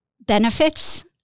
benefits